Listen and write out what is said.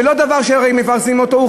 זה לא דבר שמפרסמים אותו.